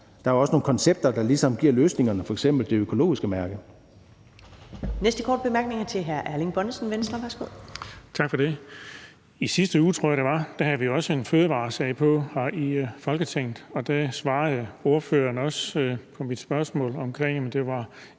er jo også nogle koncepter, der ligesom giver løsningen, f.eks. det økologiske mærke.